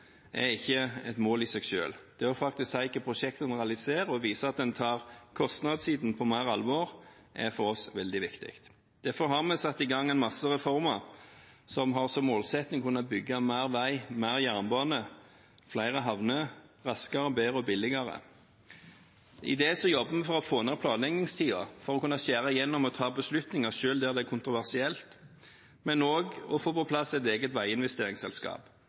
er ikke et mål i seg selv. Det å si hvilke prosjekter en faktisk realiserer og vise at en tar kostnadssiden på mer alvor, er for oss veldig viktig. Derfor har vi satt i gang mange reformer som har som målsetting å kunne bygge mer vei og jernbane og flere havner raskere, bedre og billigere. I den forbindelse jobber vi for å få ned planleggingstiden for å kunne skjære gjennom og ta beslutninger selv der det er kontroversielt, men vi jobber også med å få på plass et eget